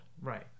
Right